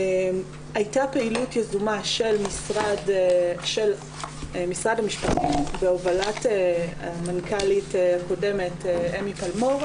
הייתה פעילות יזומה של משרד המשפטים בהובלת המנכ"לית הקודמת אמי פלמור.